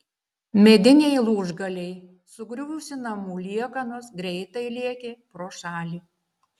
mediniai lūžgaliai sugriuvusių namų liekanos greitai lėkė pro šalį